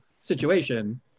situation